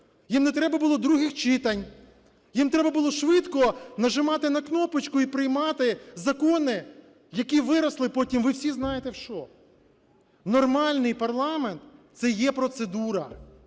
їм не треба було других читань. Їм треба було швидко нажимати на кнопочку і приймати закони, які виросли потім, ви всі знаєте, в що. Нормальний парламент – це є процедура.